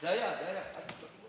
אתה מחזיק פה מעמד שעות.